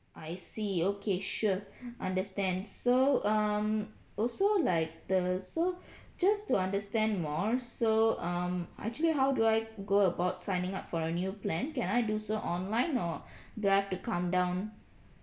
I see okay sure understand so um also like the so just to understand more so um actually how do I go about signing up for a new plan can I do so online or do I have to come down